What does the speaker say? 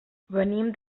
venim